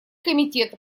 комитет